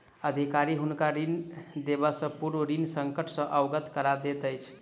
अधिकारी हुनका ऋण देबयसॅ पूर्व ऋण संकट सॅ अवगत करा दैत अछि